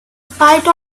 spite